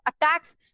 attacks